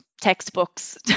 textbooks